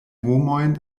homojn